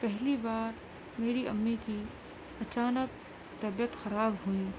پہلی بار میری امی کی اچانک طبیعت خراب ہوئی